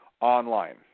online